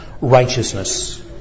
righteousness